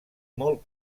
molt